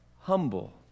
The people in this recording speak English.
humble